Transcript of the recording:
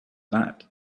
that